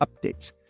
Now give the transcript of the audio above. updates